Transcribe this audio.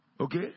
Okay